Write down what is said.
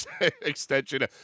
extension